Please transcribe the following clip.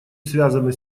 связаны